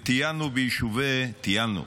טיילנו ביישובים, טיילנו,